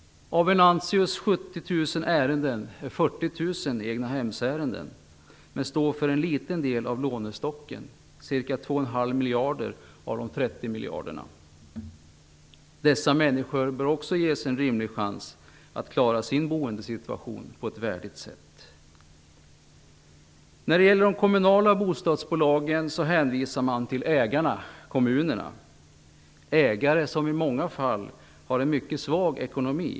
Av Venantius 70 000 ärenden är 40 000 egnahemsärenden. De står dock för en liten del av lånestocken - cirka två och en halv miljard av de 30 miljarder kronorna. Dessa människor bör också ges en rimlig chans att klara sin boendesituation på ett värdigt sätt. När det gäller de kommunala bostadsbolagen hänvisar man till ägarna, dvs. kommunerna. Det är ägare som i många fall har en mycket svag ekonomi.